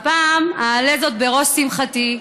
והפעם אעלה זאת על ראש שמחתי,